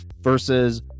versus